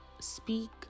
speak